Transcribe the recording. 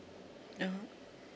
(uh huh)